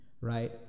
right